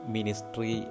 Ministry